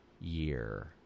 year